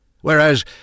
Whereas